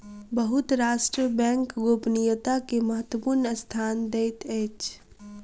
बहुत राष्ट्र बैंक गोपनीयता के महत्वपूर्ण स्थान दैत अछि